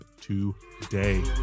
today